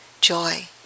joy